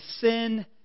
sin